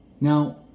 Now